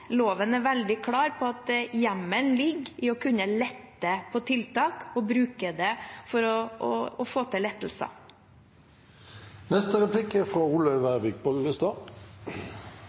Loven er veldig klar på at hjemmelen ligger i å kunne lette på tiltak, å bruke det for å få til lettelser. Tillit er